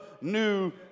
New